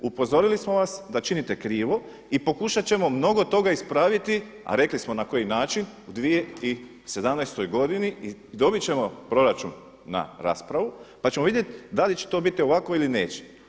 Upozorili smo vas da činite krivo i pokušat ćemo mnogo toga ispraviti a rekli smo na koji način u 2017. godini i dobit ćemo proračun na raspravu pa ćemo vidjeti da li će to biti ovako ili neće.